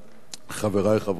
חברי חברי הכנסת,